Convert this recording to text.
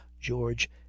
george